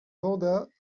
vendat